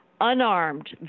unarmed